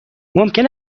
ممکن